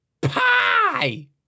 Pie